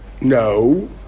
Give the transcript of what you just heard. No